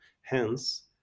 hence